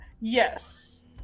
Yes